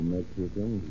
Mexican